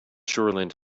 shoreland